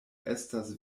estas